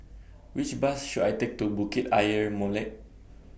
Which Bus should I Take to Bukit Ayer Molek